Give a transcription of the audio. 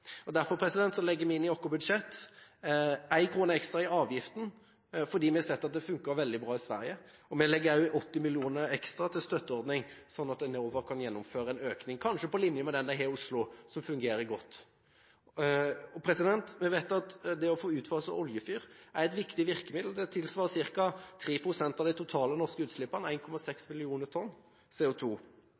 budsjettet. Derfor legger vi i vårt budsjett inn 1 kr ekstra i avgift, fordi vi har sett at det har funket veldig bra i Sverige. Vi legger også inn 80 mill. kr ekstra til støtteordning, sånn at en i tillegg kan gjennomføre en økning – kanskje på linje med den en har i Oslo, som fungerer godt. Vi vet at det å få utfaset oljefyr er et viktig virkemiddel. Det tilsvarer ca. 3 pst. av de totale norske utslippene – 1,6 millioner tonn